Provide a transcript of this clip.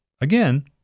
Again